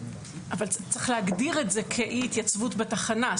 אבל צריך להגדיר את זה כאי התייצבות בתחנה.